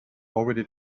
already